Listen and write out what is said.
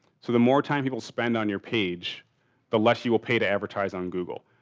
so, the more time people spend on your page the less you will pay to advertise on google,